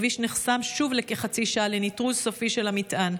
הכביש נחסם שוב לכחצי שעה לנטרול סופי של המטען.